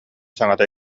саҥата